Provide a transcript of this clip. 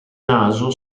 naso